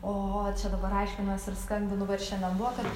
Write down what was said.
ohoho čia dabar aiškinuosi ir skambinu va ir šiandien buvo kad